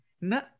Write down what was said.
no